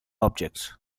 objects